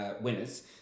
winners